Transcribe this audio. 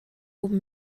oben